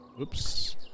Oops